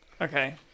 Okay